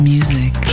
Music